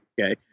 Okay